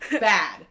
bad